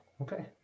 Okay